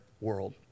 world